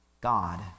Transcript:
God